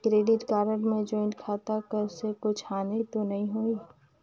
Credit card मे joint खाता कर से कुछ हानि तो नइ होही?